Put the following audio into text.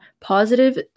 positive